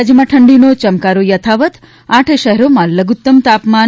રાજયમાં ઠંડીનો યમકારો યથાવત આઠ શહેરોમાં લધુત્તમ તાપમાન